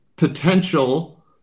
potential